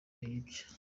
yibye